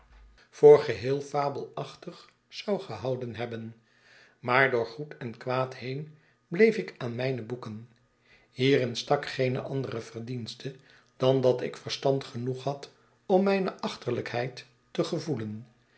voor geheel fabelachtig zou gehouden hebben maar door goed en kwaad heen bleef ik aan mijne boeken hierin stak geene andere verdienste dan dat ik verstand genoeg had om mijne achterlijkheid te gevoelen